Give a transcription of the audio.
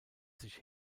sich